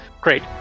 great